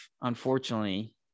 unfortunately